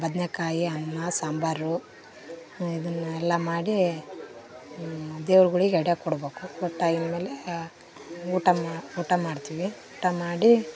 ಬದನೇಕಾಯಿ ಅನ್ನ ಸಾಂಬಾರು ಇದನ್ನು ಎಲ್ಲ ಮಾಡೀ ದೇವ್ರುಗಳಿಗ್ ಎಡೆ ಕೊಡ್ಬೇಕು ಕೊಟ್ಟಾಗಿ ಮೇಲೆ ಊಟ ಮಾ ಊಟ ಮಾಡ್ತೀವಿ ಊಟ ಮಾಡಿ